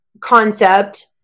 concept